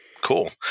Cool